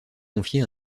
confiée